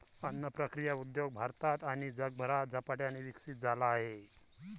अन्न प्रक्रिया उद्योग भारतात आणि जगभरात झपाट्याने विकसित झाला आहे